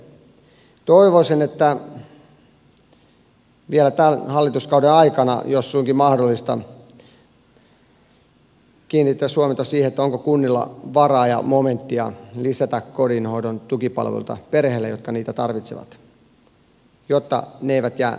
toivoisin että vielä tämän hallituskauden aikana jos suinkin mahdollista kiinnitettäisiin huomiota siihen onko kunnilla varaa ja momenttia lisätä kodinhoidon tukipalveluita perheille jotka niitä tarvitsevat jotta ne eivät jää nimellisiksi